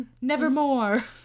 Nevermore